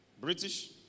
British